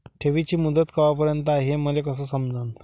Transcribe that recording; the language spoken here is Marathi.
ठेवीची मुदत कवापर्यंत हाय हे मले कस समजन?